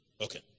Okay